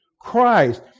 Christ